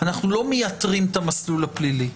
אנחנו לא מייתרים את המסלול הפלילי,